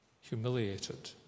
humiliated